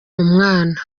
umwana